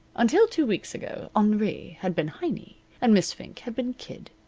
until two weeks ago henri had been heiny and miss fink had been kid.